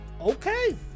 Okay